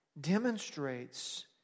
demonstrates